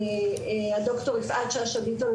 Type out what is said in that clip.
ד"ר יפעת שאשא ביטון,